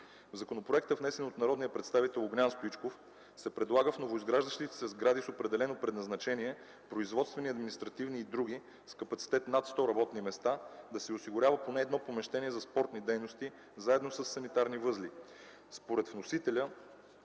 В Законопроекта, внесен от народния представител Огнян Стоичков се предлага в новоизграждащи се сгради с определено предназначение – производствени, административни и други, с капацитет над 100 работни места да се осигурява поне едно помещение за спортни дейности, заедно със санитарни възли.